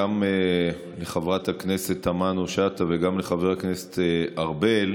גם לחברת הכנסת תמנו שטה וגם לחבר הכנסת ארבל,